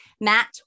Matt